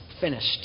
finished